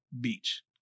beach